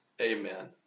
Amen